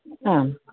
ആ